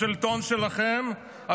בשלטון שלכם,